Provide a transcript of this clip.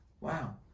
Wow